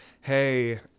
hey